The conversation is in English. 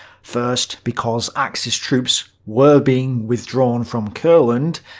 first, because axis troops were being withdrawn from courland.